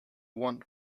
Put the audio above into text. want